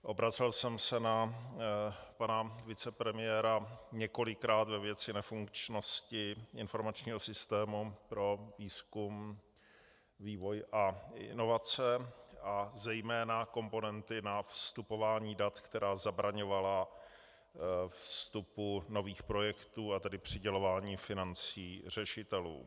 Obracel jsem se na pana vicepremiéra několikrát ve věci nefunkčnosti informačního systému pro výzkum, vývoj a inovace a zejména komponenty na vstupování dat, která zabraňovala vstupu nových projektů, a tedy přidělování financí řešitelům.